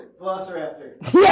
Velociraptor